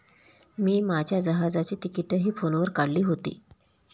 मी माझ्या जहाजाची तिकिटंही फोनवर काढली होती